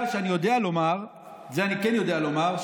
שאני יודע לומר את זה אני כן יודע לומר,